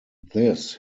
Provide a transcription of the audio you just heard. this